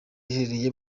iherereye